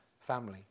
family